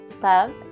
Love